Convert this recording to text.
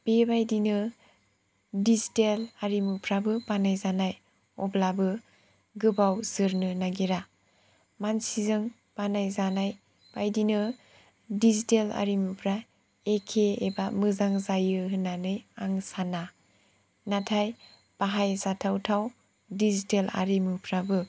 बेबादिनो दिजिथेल आरिमुफ्राबो बानायजानाय अब्लाबो गोबाव जोरनो नागिरा मानसिजों बानाय जानाय बायदिनो दिजिथेल आरिमुफ्रा एखे एबा मोजां जायो होननानै आं साना नाथाय बाहाय जाथाव थाव दिजिथेल आरिमुफ्राबो